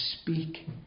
speak